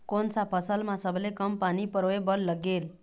कोन सा फसल मा सबले कम पानी परोए बर लगेल?